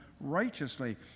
righteously